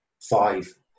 five